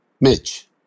Mitch